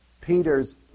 Peter's